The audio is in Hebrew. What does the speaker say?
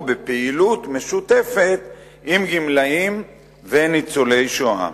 בפעילות משותפת עם גמלאים וניצולי שואה.